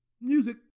Music